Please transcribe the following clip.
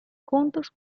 juntos